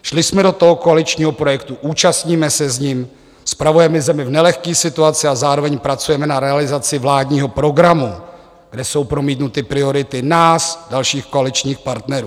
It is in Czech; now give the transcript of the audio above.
Šli jsme do toho koaličního projektu, účastníme se s ním, spravujeme zemi v nelehké situaci a zároveň pracujeme na realizaci vládního programu, kde jsou promítnuty priority nás, dalších koaličních partnerů.